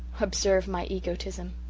observe my egotism.